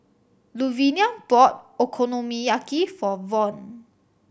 Luvinia bought Okonomiyaki for Von